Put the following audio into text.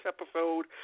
episode